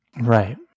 right